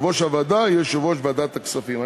יושב-ראש הוועדה יהיה יושב-ראש ועדת הכספים.